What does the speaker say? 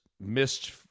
missed